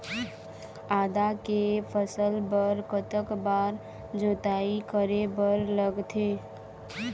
आदा के फसल बर कतक बार जोताई करे बर लगथे?